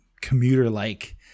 Commuter-like